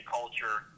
culture